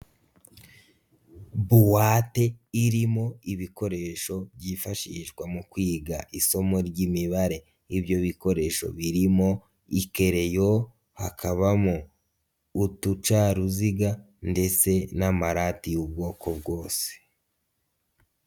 Boite irimo ibikoresho byifashishwa mu kwiga isomo ry'imibare, ibyo bikoresho birimo ikerereyo, hakabamo uducaruziga ndetse n'amarati y'ubwoko bwose.